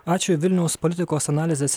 ačiū vilniaus politikos analizės